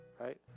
right